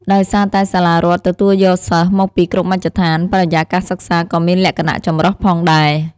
ដោយសារតែសាលារដ្ឋទទួលយកសិស្សមកពីគ្រប់មជ្ឈដ្ឋាន បរិយាកាសសិក្សាក៏មានលក្ខណៈចម្រុះផងដែរ។